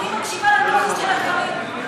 אני מקשיבה לתוכן של הדברים.